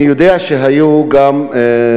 אני יודע שדברים גם התקדמו,